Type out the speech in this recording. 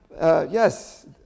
Yes